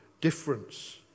difference